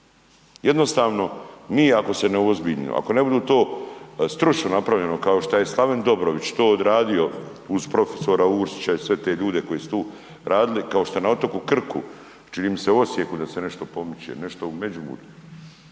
Jednostavno mi ako se ne uozbiljimo, ako ne budu to stručni napravljeno kao što je Slaven Dobrović to odradio uz prof. Uršića i sve te ljude koji su tu radili, kao što je na otoku Krku, čini mi se u Osijeku da se nešto pomiče, nešto u Međimurju,